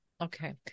Okay